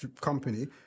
company